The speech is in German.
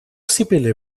sibylle